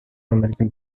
american